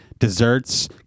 Desserts